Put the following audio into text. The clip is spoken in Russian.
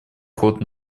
ход